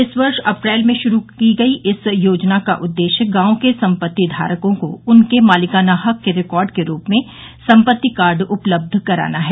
इस वर्ष अप्रैल में शुरू की गई इस योजना का उद्देश्य गांवों के संपत्ति धारकों को उनके मालिकाना हक के रिकॉर्ड के रूप में संपत्ति कार्ड उपलब्ध कराना है